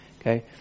Okay